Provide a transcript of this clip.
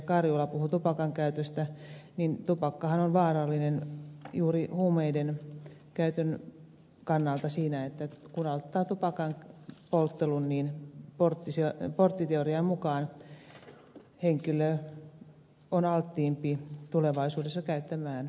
karjula puhui tupakan käytöstä niin tupakkahan on vaarallinen juuri huumeiden kannalta siinä että kun aloittaa tupakan polttelun niin porttiteorian mukaan henkilö on alttiimpi tulevaisuudessa käyttämään huumausaineita